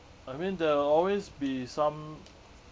I mean there will always be some